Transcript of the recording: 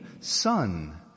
Son